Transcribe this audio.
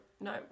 no